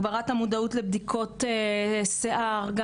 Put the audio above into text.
הגברת המודעות לבדיקות שיער.